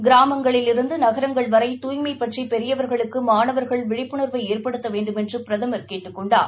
கிராமங்களிலிருந்து நகரங்கள் வரை தூய்மை பற்றி பெரியவர்களுக்கு மானவர்கள் விழிப்புணர்வை ஏற்படுத்த வேண்டுமென்று பிரதமர் கேட்டுக் கொண்டார்